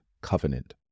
covenant